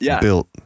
built